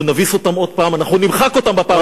אנחנו נביס אותם עוד פעם, אנחנו נמחק אותם בפעם